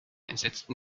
entsetzten